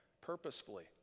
purposefully